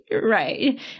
Right